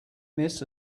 miss